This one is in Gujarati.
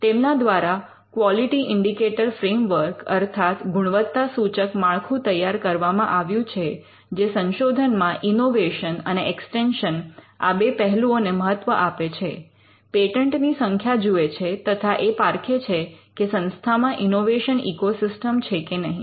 તેમના દ્વારા ક્વોલિટી ઇન્ડિકેટર ફ્રેમવર્ક અર્થાત ગુણવત્તા સુચક માળખું તૈયાર કરવામાં આવ્યું છે જે સંશોધન માં ઇનોવેશન અને એક્સ્ટેન્શન આ બે પહેલુઓને મહત્વ આપે છે પેટન્ટ ની સંખ્યા જુએ છે તથા એ પારખે છે કે સંસ્થામાં ઇનોવેશન ઇકોસિસ્ટમ છે કે નહીં